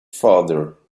father